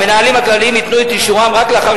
המנהלים הכלליים ייתנו את אישורם רק לאחר